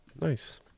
Nice